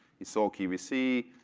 he sold qvc,